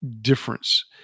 difference